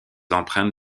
empreintes